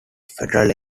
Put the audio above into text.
federal